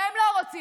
והם לא רוצים.